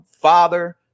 father